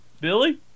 Billy